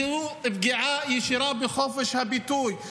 זו פגיעה ישירה בחופש הביטוי.